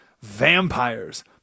vampires